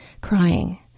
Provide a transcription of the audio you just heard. crying